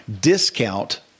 discount